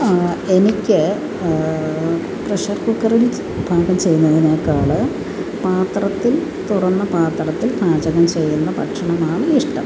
എനിക്ക് പ്രഷർ കുക്കറിൽ പാകം ചെയ്യുന്നതിനേക്കാൾ പാത്രത്തിൽ തുറന്ന പാത്രത്തിൽ പാചകം ചെയ്യുന്ന ഭക്ഷണമാണ് ഇഷ്ടം